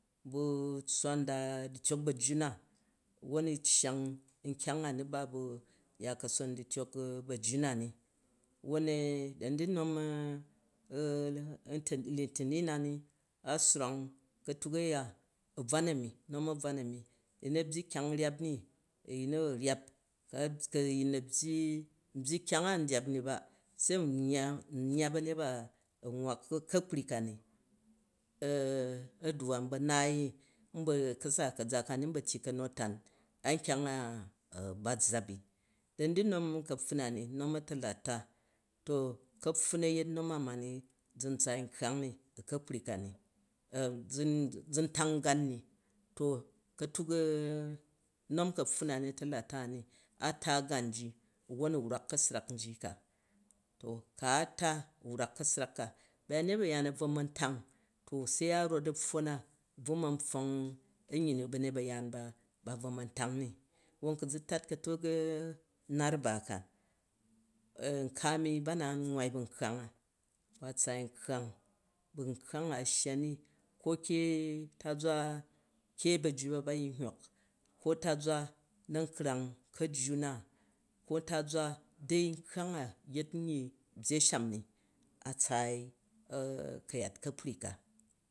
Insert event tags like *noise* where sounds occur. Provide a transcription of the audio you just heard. Bu̱ tssa-ndaa du̱tyok kajju na, wwon u̱ ccang nkyang a ni ba bu ya ka̱son du̱tyok ba̱jjunani. Wwon da ni du̱ *hesitation* nom litini na ni a̱ swrang, ka̱tuj uya a̱bvan a̱rmi-nom a̱bvan a̱mi. A̱yin mu abyyi kyang rap ni, a̱yin nu a̱ rap hal ko n byyi kyang a, n ni rap i ba, se n yya ba̱nyet ba anwwa ka̱pra ka ni, a̱duwwa, n ba̱ naai, n ba̱ ka̱sat ka ka̱zai ka ni tyyi ka̱nu-atan nn kyang a ba zzap ni. Da̱ ni du̱ nom ka̱pfun a̱ ni, ka̱pfun a̱yet a̱ta̱lata, to vaptu n a̱ yet nom a ma zu̱n tsaai nkkang ni. U̱ ka̱kpra ka ni, ah ah zu̱ ntan gain ni u̱ ka̱kpri kari. To katuk nom ta̱lata ka ni, se a ltha gan jo wwon u̱ wrak ka̱si rak nji ka. Ba̱nyet ba̱yaan, a̱ bvo man tang, to se a rot aptwo u̱ bvo ma̱ hok anyyi nu bya nyet ba̱yaan ba bvo man tang ni. Wwon ku zu tat, ka̱tuk laraba ka, n ka a̱mi ba na nwwan bu nkkang a, ba tsaai nkkang, bu nkkang a, a shanga ni ko ke, taza ke bajju ba, ba yin hyok, ko tazwa na̱nkrang ka̱jju na. Ko taza en nkkang a, yet n yyi byyi sham ni, a tsaai *hesitation* ka̱yat ka̱kpri ka